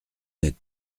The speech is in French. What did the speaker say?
n’êtes